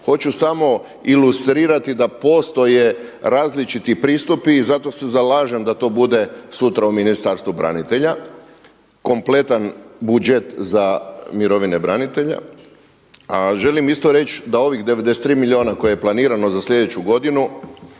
Hoću samo ilustrirati da postoje različiti pristupi i zato se zalažem da to bude sutra u Ministarstvu branitelja kompletan budžet za mirovine branitelja. A želim isto reći da ovih 93 milijuna koje je planirano za sljedeću godinu